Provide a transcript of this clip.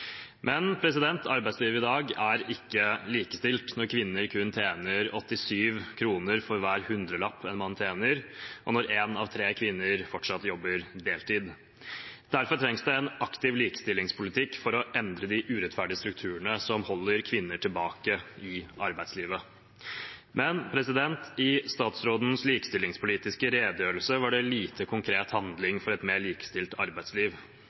Men arbeidslivet i dag er ikke likestilt når kvinner kun tjener 87 kr for hver hundrelapp en mann tjener, og når én av tre kvinner fortsatt jobber deltid. Derfor trengs det en aktiv likestillingspolitikk for å endre de urettferdige strukturene som holder kvinner tilbake fra arbeidslivet. Men i statsrådens likestillingspolitiske redegjørelse var det lite konkret handling for et mer likestilt arbeidsliv.